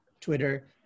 Twitter